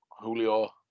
Julio